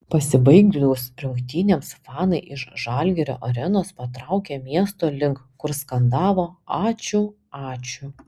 pasibaigus rungtynėms fanai iš žalgirio arenos patraukė miesto link kur skandavo ačiū ačiū